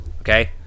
okay